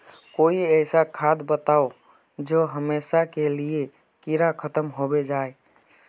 कोई ऐसा खाद बताउ जो हमेशा के लिए कीड़ा खतम होबे जाए?